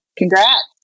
Congrats